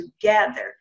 together